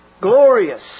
glorious